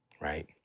right